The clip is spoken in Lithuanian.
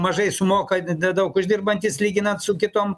mažai sumoka nedaug uždirbantys lyginant su kitom